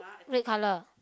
red colour